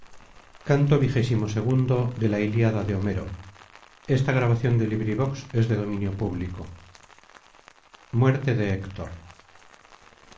de despedida de héctor